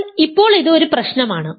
എന്നാൽ ഇപ്പോൾ ഇത് ഒരു പ്രശ്നമാണ്